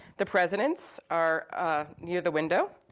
the presidents are near the window,